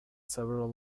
several